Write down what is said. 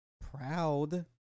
proud